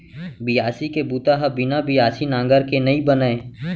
बियासी के बूता ह बिना बियासी नांगर के नइ बनय